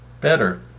better